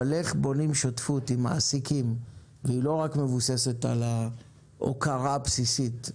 אבל איך בונים שותפות עם מעסיקים והיא לא רק מבוססת על ההוקרה הבסיסית,